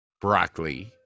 Broccoli